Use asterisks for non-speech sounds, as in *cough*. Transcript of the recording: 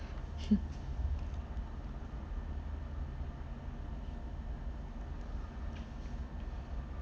*laughs*